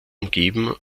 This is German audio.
umgeben